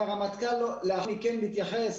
הרמטכ"ל כן התייחס